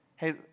Hey